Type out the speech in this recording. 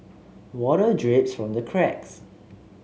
water drips from the cracks